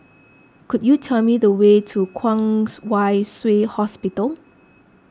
could you tell me the way to Kwong Wai Shiu Hospital